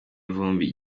vumbi